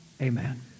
Amen